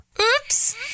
Oops